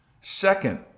Second